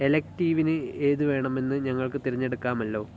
ഇലെക്റ്റീവിന് ഏതുവേണമെന്ന് ഞങ്ങൾക്ക് തിരഞ്ഞെടുക്കാമല്ലോ